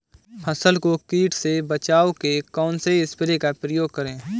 फसल को कीट से बचाव के कौनसे स्प्रे का प्रयोग करें?